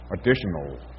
additional